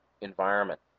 environment